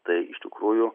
tai iš tikrųjų